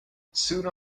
sooner